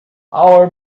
our